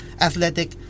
athletic